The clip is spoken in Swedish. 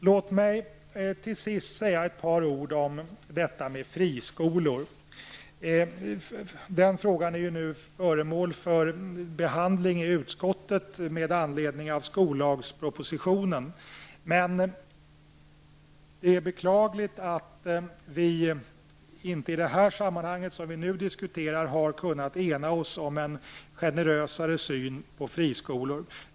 Låt mig till sist säga några ord om detta med friskolor. Den frågan är nu föremål för behandling i utskottet med anledning av skollagspropositionen. Det är beklagligt att vi inte i det sammanhang som vi nu diskuterar har kunnat ena oss om en generösare syn på friskolor.